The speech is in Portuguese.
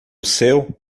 seu